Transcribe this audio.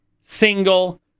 single